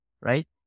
right